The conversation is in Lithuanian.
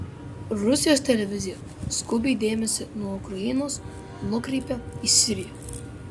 rusijos televizija skubiai dėmesį nuo ukrainos nukreipia į siriją